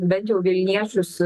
bent jau vilniečius